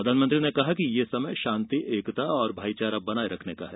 प्रधानमंत्री ने कहा कि यह समय शांति एकता और भाईचारा बनाए रखने का है